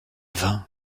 vin